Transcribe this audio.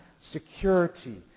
security